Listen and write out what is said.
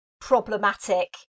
problematic